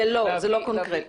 לא, זה לא קונקרטי,